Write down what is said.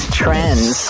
trends